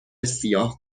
سیاه